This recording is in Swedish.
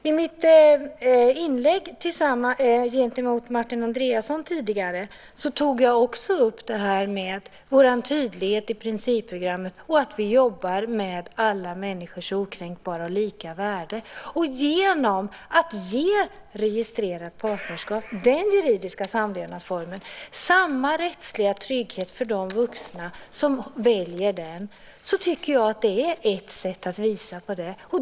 I mitt genmäle mot Martin Andreasson tog jag upp vår tydlighet i principprogrammet och att vi jobbar för alla människors okränkbara och lika värde. Att ge den juridiska samlevnadsformen registrerat partnerskap och de vuxna som väljer den samma rättsliga trygghet tycker jag är ett sätt att visa på detta.